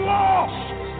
lost